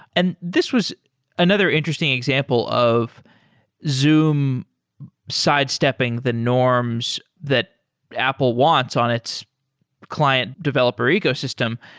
and this was another interesting example of zoom sidestepping the norms that apple wants on its client developer ecosystem.